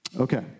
Okay